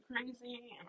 crazy